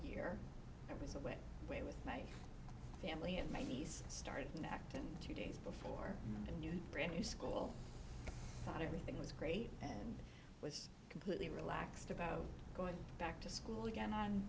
e i was away way with my family and my niece started an act and two days before a new brand new school thought everything was great and was completely relaxed about going back to school again on